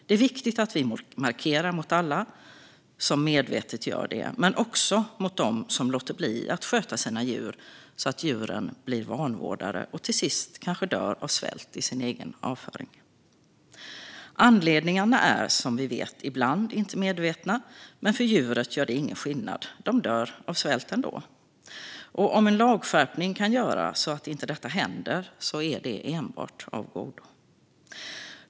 Det är viktigt att vi markerar mot alla som medvetet utsätter djur för lidande men också mot dem som låter bli att sköta sina djur, vilket leder till att djuren blir vanvårdade och till sist kanske dör av svält i sin egen avföring. Ibland sker det, som vi vet, inte avsiktligt, men för djuret gör det ingen skillnad. De dör av svält ändå. Och om en lagskärpning kan göra att detta inte händer är det enbart av godo.